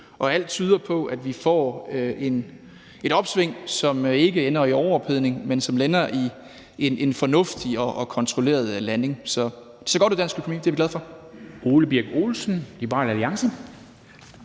og alt tyder på, at vi får et opsving, som ikke ender i overophedning, men som ender med en fornuftig og kontrolleret landing. Så det ser godt ud for dansk økonomi. Det er vi glade for.